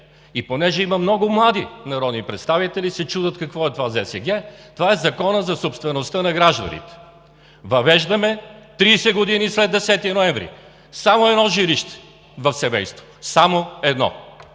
Понеже има много млади народни представители, се чудят какво е ЗСГ – това е Законът за собствеността на гражданите. Въвеждаме, 30 години след 10 ноември, само едно жилище в семейството, само едно.